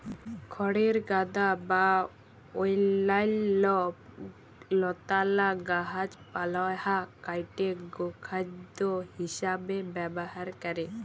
খড়ের গাদা বা অইল্যাল্য লতালা গাহাচপালহা কাইটে গখাইদ্য হিঁসাবে ব্যাভার ক্যরে